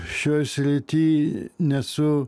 šioj srity nesu